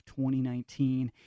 2019